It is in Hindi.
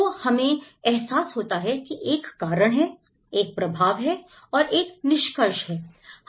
तो हमें एहसास होता है की एक कारण है एक प्रभाव है और एक निष्कर्ष है